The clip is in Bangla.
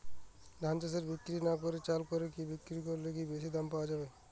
ধান বাজারে বিক্রি না করে চাল কলে বিক্রি করলে কি বেশী দাম পাওয়া যাবে?